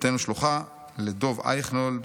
תודתנו שלוחה לדב איכנולד,